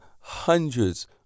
hundreds